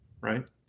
right